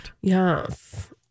Yes